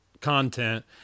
content